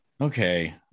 Okay